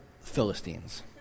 Philistines